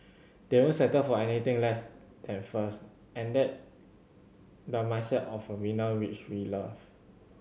they won't settle for anything less than first and that the mindset of a winner which we love